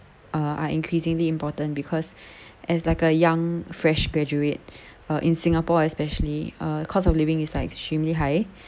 uh are increasingly important because as like a young fresh graduate uh in singapore especially uh cost of living is like extremely high